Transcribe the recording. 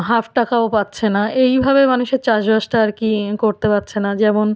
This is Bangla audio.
হাফ টাকাও পাচ্ছে না এইভাবে মানুষের চাষবাসটা আর কি করতে পারছে না যেমন